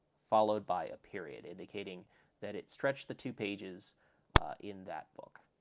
followed by a period, indicating that it stretched the two pages in that book.